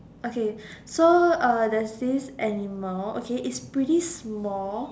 okay so uh there's this animal okay it's pretty small